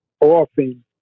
often